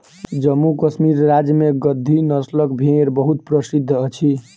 जम्मू कश्मीर राज्य में गद्दी नस्लक भेड़ बहुत प्रसिद्ध अछि